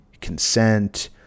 consent